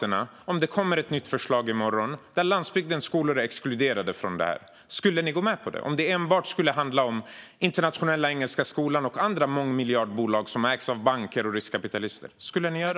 Om det skulle komma ett nytt förslag i morgon där landsbygdens skolor är exkluderade från det här, skulle ni gå med på det? Skulle ni göra det om det enbart skulle handla om Internationella Engelska Skolan och andra mångmiljardbolag som ägs av banker och riskkapitalister?